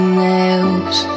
nails